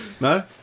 No